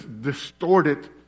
distorted